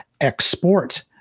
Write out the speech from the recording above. export